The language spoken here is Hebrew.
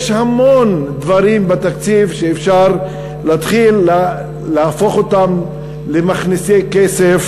יש המון דברים בתקציב שאפשר להתחיל להפוך אותם למכניסי כסף,